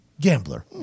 gambler